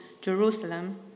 Jerusalem